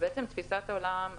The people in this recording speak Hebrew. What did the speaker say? תפיסת העולם,